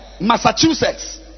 Massachusetts